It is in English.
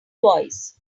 voice